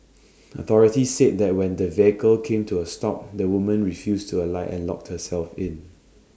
authorities said that when the vehicle came to A stop the woman refused to alight and locked herself in